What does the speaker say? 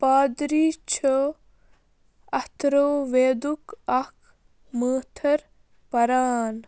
پادرۍ چھُ اَتھروٗ ویدُک اَکھ مٲتھٕر پَران